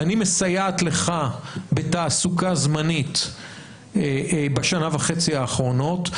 אני מסייעת לך בתעסוקה זמנית בשנה וחצי האחרונות,